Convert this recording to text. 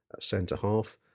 centre-half